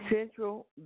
Central